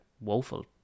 woeful